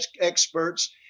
experts